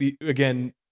again